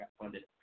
funded